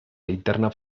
linterna